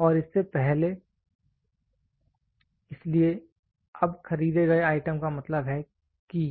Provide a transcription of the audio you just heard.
और इससे पहल इसलिए अब खरीदे गए आइटम का मतलब है कि